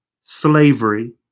slavery